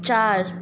चार